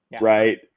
right